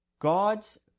God's